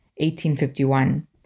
1851